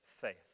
faith